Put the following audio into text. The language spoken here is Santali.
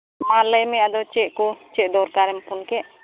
ᱢᱟ ᱞᱟᱹᱭ ᱢᱮ ᱟᱫᱚ ᱪᱮᱫ ᱠᱚ ᱪᱮᱫ ᱫᱚᱨᱠᱟᱨᱮᱢ ᱯᱷᱳᱱ ᱠᱮᱫ